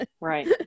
Right